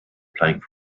playing